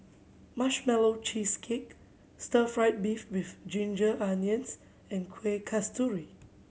Marshmallow Cheesecake stir fried beef with ginger onions and Kueh Kasturi